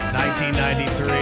1993